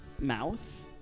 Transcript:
mouth